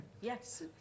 Yes